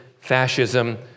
fascism